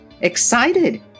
Excited